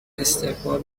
استقبال